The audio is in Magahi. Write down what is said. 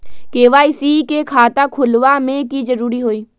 के.वाई.सी के खाता खुलवा में की जरूरी होई?